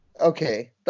Okay